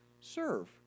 serve